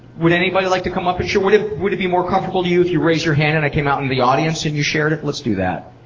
would anybody like to come up and share? would it would it be more comfortable to you if you raised your hand and i came out into and the audience and you shared it? let's do that.